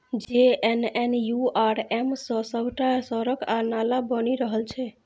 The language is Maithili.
जे.एन.एन.यू.आर.एम सँ सभटा सड़क आ नाला बनि रहल छै